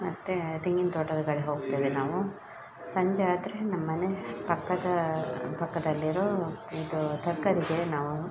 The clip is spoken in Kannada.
ಮತ್ತು ತೆಂಗಿನ ತೋಟದ ಕಡೆ ಹೋಗ್ತೇವೆ ನಾವು ಸಂಜೆ ಆದರೆ ನಮ್ಮ ಮನೆ ಪಕ್ಕದ ಪಕ್ಕದಲ್ಲಿರೋ ಇದು ತರಕಾರಿಗೆ ನಾವು